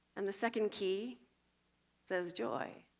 and the second key says joy.